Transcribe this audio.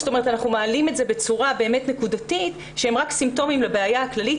אנחנו מעלים את זה בצורה נקודתית וזה רק סימפטום לבעיה הכללית.